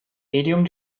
medium